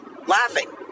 laughing